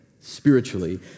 spiritually